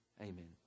amen